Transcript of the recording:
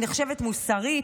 היא נחשבת מוסרית.